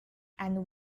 and